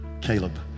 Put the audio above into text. Caleb